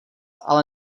ale